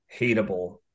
hateable